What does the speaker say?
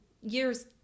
years